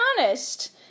honest